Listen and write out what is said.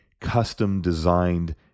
custom-designed